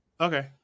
okay